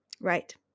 right